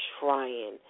trying